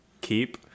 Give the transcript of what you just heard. keep